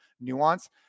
nuance